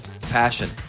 passion